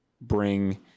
bring